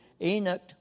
Enoch